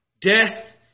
Death